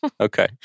Okay